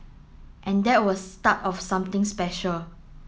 and that was start of something special